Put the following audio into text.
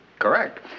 Correct